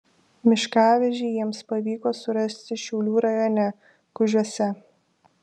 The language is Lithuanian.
miškavežį jiems pavyko surasti šiaulių rajone kužiuose